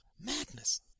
Madness